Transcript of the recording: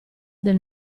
del